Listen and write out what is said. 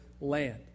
land